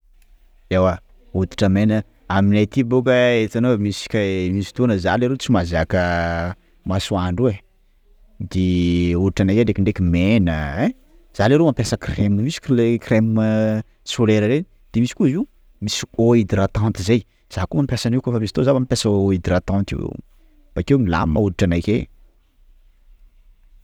Ewa hoditra maina aminay aty bôka itanao misy ke-, misy fotoana za leroa tsy mazaka masoandro io e! _x000D_ De hoditra anakay ndekindreky maina, ein! _x000D_ Za leroa mampiasa crème misy cre- crème solaire reny, de misy koa izy io eau hydratante zay za koa mampiasa an'io kôfa misy fotoana za mampiasa eau hydratante io, bakeo milamina hoditra anakay.